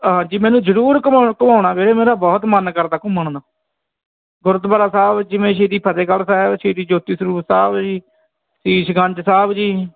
ਹਾਂਜੀ ਮੈਨੂੰ ਜ਼ਰੂਰ ਘੁੰਮਾ ਘੁੰਮਾਉਣਾ ਵੀਰੇ ਮੇਰਾ ਬਹੁਤ ਮਨ ਕਰਦਾ ਘੁੰਮਣ ਦਾ ਗੁਰਦੁਆਰਾ ਸਾਹਿਬ ਜਿਵੇਂ ਸ਼੍ਰੀ ਫਤਿਹਗੜ੍ਹ ਸਾਹਿਬ ਸ਼੍ਰੀ ਜੋਤੀ ਸਰੂਪ ਸਾਹਿਬ ਜੀ ਸੀਸਗੰਜ ਸਾਹਿਬ ਜੀ